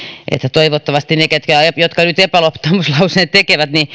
toivottavasti ne jotka nyt epäluottamuslauseen tekevät